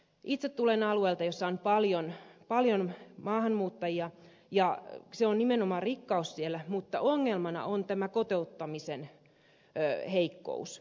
itse tulen alueelta missä on paljon maahanmuuttajia ja se on nimenomaan rikkaus siellä mutta ongelmana on kotouttamisen heikkous